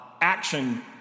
Action